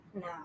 No